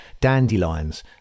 dandelions